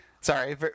sorry